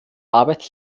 arbeit